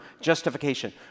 justification